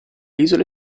isole